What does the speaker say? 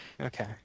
Okay